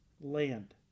land